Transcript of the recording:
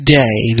day